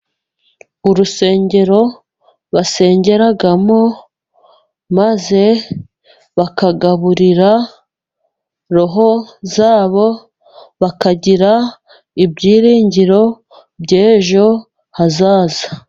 Urusengero basengeramo maze bakagaburira roho zabo. Bakagira ibyiringiro by'ejo hazaza.